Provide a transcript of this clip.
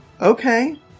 Okay